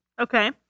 Okay